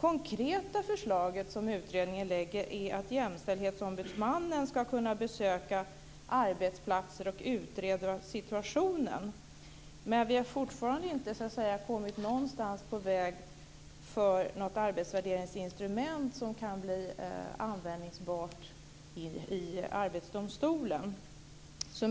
konkreta förslag som utredningen lägger fram är att jämställdhetsombudsmannen ska kunna besöka arbetsplatser och utreda situationen. Men vi har fortfarande inte kommit någonstans på väg för något arbetsvärderingsinstrument som kan bli användningsbart i Arbetsdomstolen.